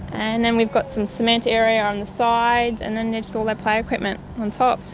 and then we've got some cement area on the side, and then all their play equipment on top.